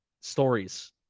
stories